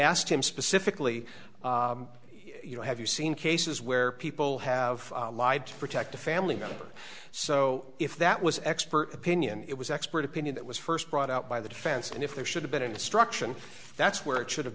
asked him specifically you know have you seen cases where people have lied to protect a family member so if that was expert opinion it was expert opinion that was first brought out by the defense and if there should have been an instruction that's where it should have